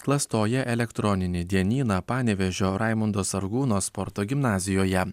klastoja elektroninį dienyną panevėžio raimundo sargūno sporto gimnazijoje